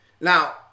Now